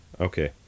Okay